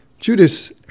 Judas